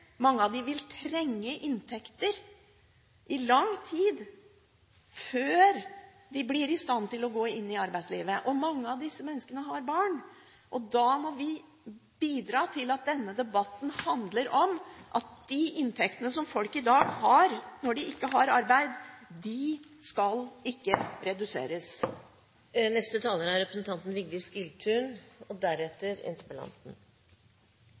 mange av dem vil trenge inntekter i lang tid før de blir i stand til å gå inn i arbeidslivet, og mange av disse menneskene har barn. Da må vi bidra til at denne debatten handler om at de inntektene som folk i dag har – når de ikke har arbeid – ikke skal reduseres. Mye har vært sagt i denne debatten, og